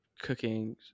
cooking